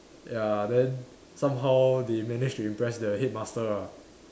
ya then somehow they manage to impress the headmaster ah